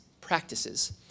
practices